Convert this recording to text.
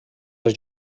les